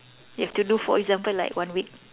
you have to do for example like one week